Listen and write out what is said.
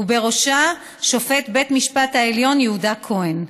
ובראשה שופט בית המשפט העליון יהודה כהן.